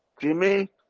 Jimmy